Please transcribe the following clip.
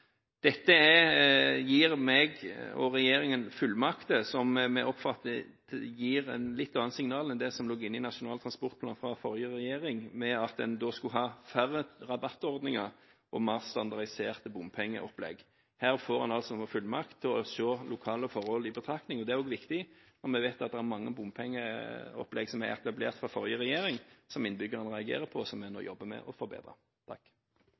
gir meg og regjeringen fullmakter som vi oppfatter gir et litt annet signal enn det som lå inne i Nasjonal transportplan fra forrige regjering, at en da skulle ha færre rabattordninger og mer standardiserte bompengeopplegg. Her får en altså fullmakt til å ta lokale forhold i betraktning. Det er også viktig når vi vet at det er mange bompengeopplegg som ble etablert under den forrige regjeringen som innbyggerne har reagert på, og som en nå jobber med å forbedre.